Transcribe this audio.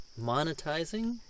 Monetizing